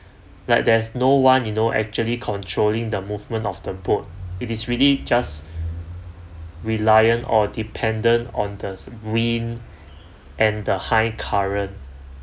like there's no one you know actually controlling the movement of the boat it is really just reliant or dependent on the wind and the high current